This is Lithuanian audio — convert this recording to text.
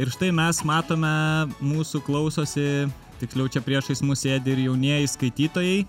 ir štai mes matome mūsų klausosi tiksliau čia priešais mus sėdi ir jaunieji skaitytojai